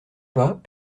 pas